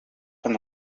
von